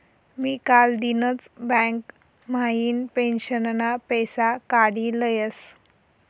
मी कालदिनच बँक म्हाइन पेंशनना पैसा काडी लयस